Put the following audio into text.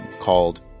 called